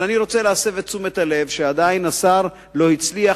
אני רוצה להסב את תשומת הלב לכך שהשר לא הצליח